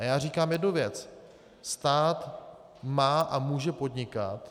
A já říkám jednu věc: stát má a může podnikat.